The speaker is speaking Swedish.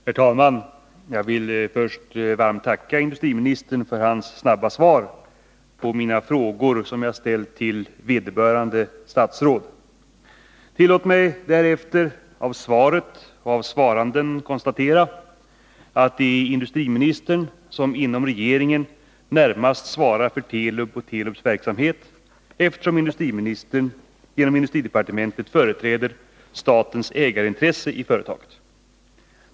Herr talman! Jag vill först varmt tacka industriministern för hans snabba svar på mina frågor, som jag ställt till ”vederbörande statsråd”. Tillåt mig därefter av svaret och av svaranden konstatera att det är industriministern som inom regeringen närmast svarar för Telub och Telubs verksamhet, eftersom industridepartementet företräder statens ägarintresse i företaget.